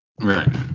Right